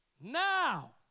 now